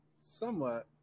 somewhat